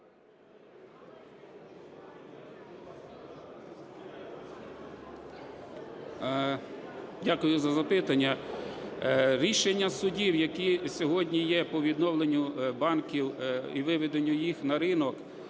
Дякую за запитання. Рішення судів, які сьогодні є по відновленню банків і виведенню їх на ринок.